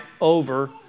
over